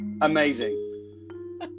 amazing